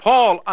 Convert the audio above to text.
Paul